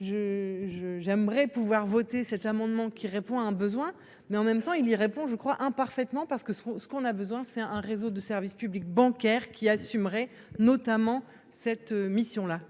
j'aimerais pouvoir voter cet amendement qui répond à un besoin, mais en même temps il y répond, je crois, hein, parfaitement parce que ce qu'on ce qu'on a besoin, c'est un réseau de service public bancaire qui assumerait notamment cette mission-là.